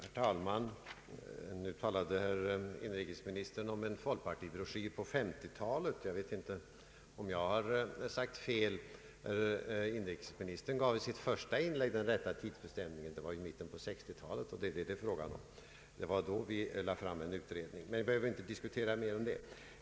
Herr talman! Nu talade herr inrikesministern om en folkpartibroschyr från 1950-talet. Jag vet inte om jag har sagt fel. Inrikesministern gav i sitt första inlägg den rätta tidsbestämningen. Det var nämligen i mitten av 1960-talet vi lade fram en utredning. Men vi behöver inte diskutera mer om det.